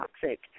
toxic